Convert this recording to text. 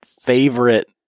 favorite